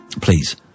Please